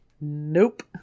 Nope